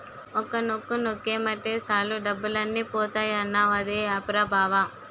ఒక్క నొక్కు నొక్కేమటే సాలు డబ్బులన్నీ పోతాయన్నావ్ అదే ఆప్ రా బావా?